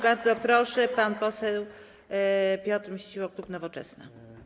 Bardzo proszę, pan poseł Piotr Misiło, klub Nowoczesna.